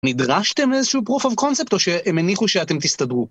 נדרשתם לאיזשהו Proof of Concept או שהם הניחו שאתם תסתדרו?